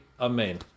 Amen